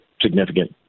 significant